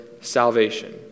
salvation